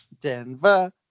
Denver